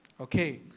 Okay